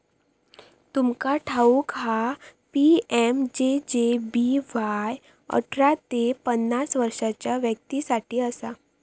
तुमका ठाऊक हा पी.एम.जे.जे.बी.वाय अठरा ते पन्नास वर्षाच्या व्यक्तीं साठी असा